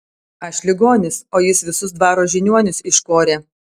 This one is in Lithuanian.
aš ligonis o jis visus dvaro žiniuonius iškorė